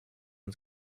und